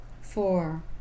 Four